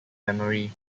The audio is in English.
memory